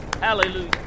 hallelujah